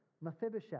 Mephibosheth